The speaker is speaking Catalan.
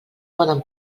poden